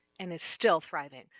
and is still thriving.